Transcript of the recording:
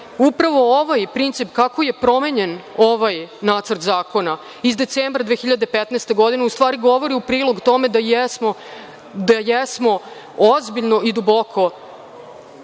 Upravo ovaj princip, kako je promenjen ovaj Nacrt zakona, iz decembra 2015. godine, u stvari govorim u prilog tome da jesmo ozbiljno i duboko